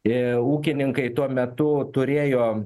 e ūkininkai tuo metu turėjo